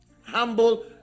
humble